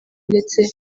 ndetse